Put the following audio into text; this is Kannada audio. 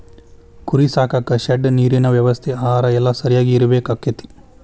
ಕುರಿ ಸಾಕಾಕ ಶೆಡ್ ನೇರಿನ ವ್ಯವಸ್ಥೆ ಆಹಾರಾ ಎಲ್ಲಾ ಸರಿಯಾಗಿ ಇರಬೇಕಕ್ಕತಿ